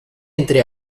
entre